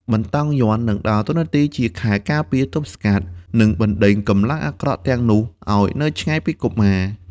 បន្តោងយ័ន្តនឹងដើរតួជាខែលការពារ ទប់ស្កាត់ និងបណ្ដេញកម្លាំងអាក្រក់ទាំងនោះឱ្យនៅឆ្ងាយពីកុមារ។